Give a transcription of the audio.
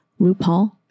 RuPaul